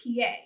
PA